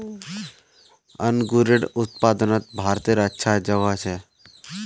अन्गूरेर उत्पादनोत भारतेर अच्छा जोगोह छे